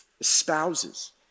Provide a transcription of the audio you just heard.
espouses